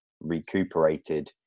recuperated